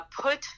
put